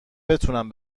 بتونم